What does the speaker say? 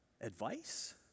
advice